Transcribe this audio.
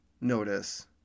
notice